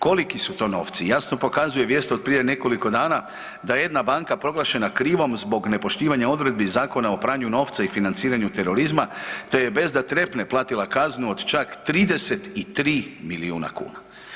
Koliki su to novci jasno pokazuje vijest od prije nekoliko dana da je jedna banka proglašena krivom zbog nepoštivanja odredbi Zakona o pranju novca i financiranju terorizma, te je bez da trepne platila kaznu od čak 33 milijuna kuna.